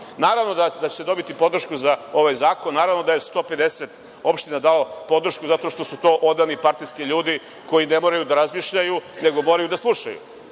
para. Naravno da će dobiti podršku za ovaj zakon, naravno da je 150 opština dalo podršku zato što su to odani partijski ljudi koji ne moraju da razmišljaju, nego moraju da slušaju,